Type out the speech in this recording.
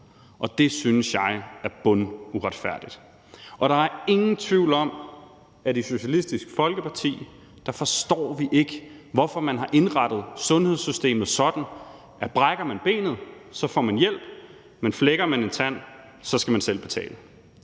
og det synes jeg er bunduretfærdigt. Der er ingen tvivl om, at i Socialistisk Folkeparti forstår vi ikke, hvorfor man har indrettet sundhedssystemet sådan, at brækker man benet, så får man hjælp, men flækker man en tand, så skal man selv betale.